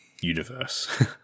universe